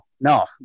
no